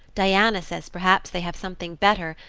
diana says perhaps they have something better,